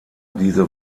diese